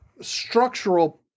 structural